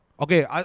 Okay